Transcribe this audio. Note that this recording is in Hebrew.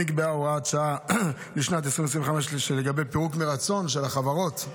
נקבעה הוראת שעה לשנת 2025 לגבי פירוק מרצון של החברות,